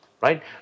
right